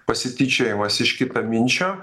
pasityčiojimas iš kitaminčio